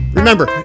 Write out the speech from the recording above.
remember